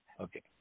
Okay